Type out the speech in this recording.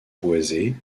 boisée